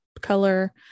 color